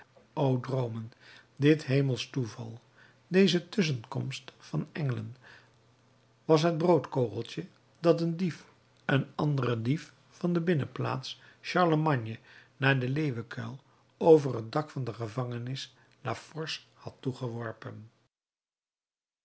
o droomen dit hemelsch toeval deze tusschenkomst van engelen was het broodkogeltje dat een dief een anderen dief van de binnenplaats charlemagne naar den leeuwenkuil over het dak van de gevangenis la force had toegeworpen